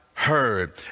heard